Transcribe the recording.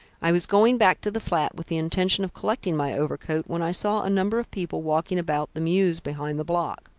i was going back to the flat with the intention of collecting my overcoat, when i saw a number of people walking about the mews behind the block.